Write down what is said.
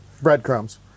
breadcrumbs